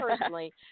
personally